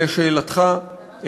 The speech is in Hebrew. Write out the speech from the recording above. לשאלתך,